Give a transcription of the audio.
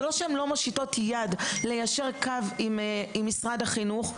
זה לא שהן לא מושיטות יד כדי ליישר קו עם משרד החינוך,